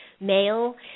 male